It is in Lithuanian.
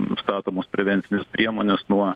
nustatomos prevencinės priemonės nuo